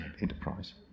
enterprise